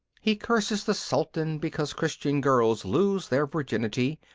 he curses the sultan because christian girls lose their virginity,